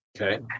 Okay